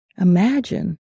imagine